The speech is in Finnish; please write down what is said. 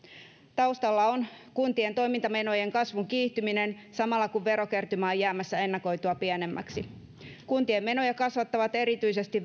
taustalla on kuntien toimintamenojen kasvun kiihtyminen samalla kun verokertymä on jäämässä ennakoitua pienemmäksi kuntien menoja kasvattavat erityisesti